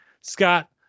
scott